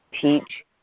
teach